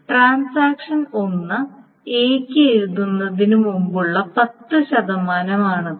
transaction 1 എയ്ക്ക് എഴുതുന്നതിന് മുമ്പുള്ള 10 ശതമാനമാണിത്